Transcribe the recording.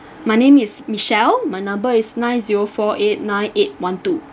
my name is michelle my number is nine zero four eight nine eight one two